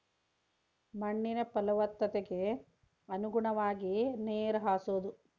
ಮಣ್ಣಿನ ಪಲವತ್ತತೆಗೆ ಅನುಗುಣವಾಗಿ ನೇರ ಹಾಸುದು